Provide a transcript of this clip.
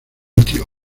litio